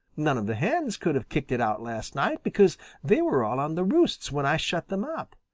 none of the hens could have kicked it out last night, because they were all on the roosts when i shut them up.